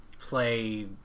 play